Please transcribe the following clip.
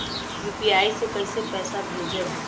UPI से कईसे पैसा भेजब?